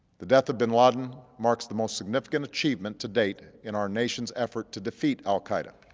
the death of bin laden marks the most significant achievement to date in our nation's effort to defeat al qaeda.